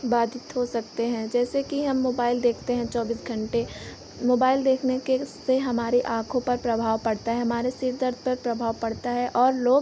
बाधित हो सकते हैं जैसे कि हम मोबाइल देखते हैं चौबीस घंटे मोबाइल देखने के से हमारी आँखों पर प्रभाव पड़ता है हमारे सिर दर्द पर प्रभाव पड़ता है और लोग